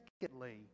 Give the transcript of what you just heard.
Secondly